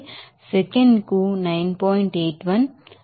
81 meter per second is square